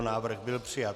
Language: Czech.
Návrh byl přijat.